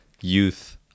youth